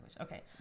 Okay